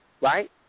right